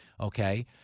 okay